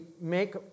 make